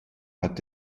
hat